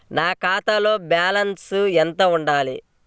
నా ఖాతా బ్యాలెన్స్ ఎంత ఉండాలి?